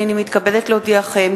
הנני מתכבדת להודיעכם,